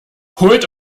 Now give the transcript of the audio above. holt